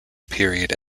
period